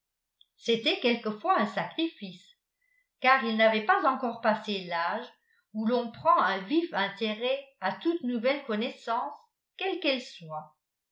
c'était quelquefois un sacrifice car il n'avait pas encore passé l'âge où l'on prend un vif intérêt à toute nouvelle connaissance quelle qu'elle soit